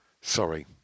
Sorry